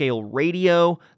Radio